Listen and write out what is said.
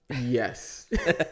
Yes